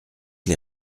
les